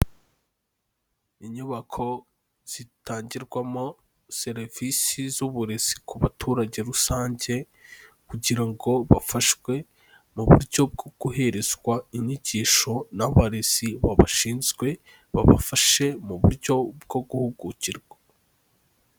Inyubako zitangirwamo serivisi z'uburezi ku baturage rusange kugira ngo bafashwe mu buryo bwo guherezwa inyigisho n'abarezi babashinzwe, babafashe mu buryo bwo guhugukirwa.